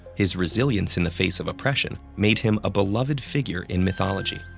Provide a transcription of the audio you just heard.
his resilience in the face of oppression made him a beloved figure in mythology.